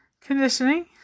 conditioning